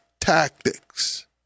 tactics